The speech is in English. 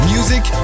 Music